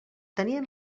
tenien